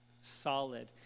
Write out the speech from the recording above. solid